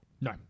No